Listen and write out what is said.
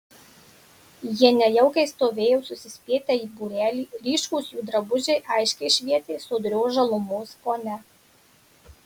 jie nejaukiai stovėjo susispietę į būrelį ryškūs jų drabužiai aiškiai švietė sodrios žalumos fone